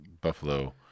Buffalo